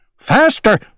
Faster